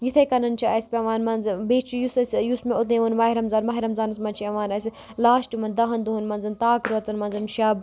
یِتھَے کَنۍ چھِ اَسہِ پٮ۪وان مان ژٕ بیٚیہِ چھِ یُس اَسہِ یُس مےٚ اوٚتام ووٚن ماہِ رمضان ماہِ رمضانَس منٛز چھِ یِوان اَسہِ لاسٹ یِمَن دَہَن دۄہَن منٛز طاق رٲژَن منٛز شَب